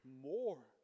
more